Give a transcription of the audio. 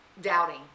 doubting